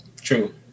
true